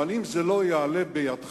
אבל אם זה לא יעלה בידך,